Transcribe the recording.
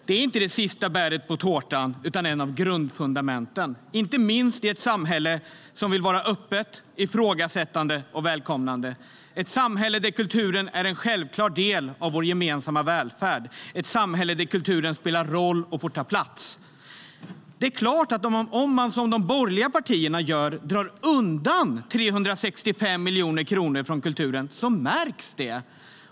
Det är inte det sista bäret på tårtan utan ett av grundfundamenten, inte minst i ett samhälle som vill vara öppet, ifrågasättande och välkomnande, ett samhälle där kulturen är en självklar del av vår gemensamma välfärd, ett samhälle där kulturen spelar roll och får ta plats. Det är klart att om man, som de borgerliga partierna gör, drar undan 365 miljoner kronor från kulturen, då märks det.